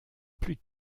plus